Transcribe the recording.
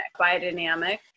biodynamic